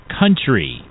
country